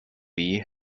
bee